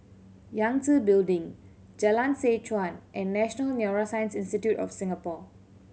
Yangtze Building Jalan Seh Chuan and National Neuroscience Institute of Singapore